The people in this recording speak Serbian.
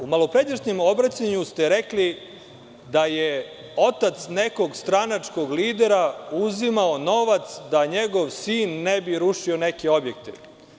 U malopređašnjem obraćanju ste rekli da je otac nekog stranačkog lidera uzimao novac da njegov sin ne bi rušio neki objekat.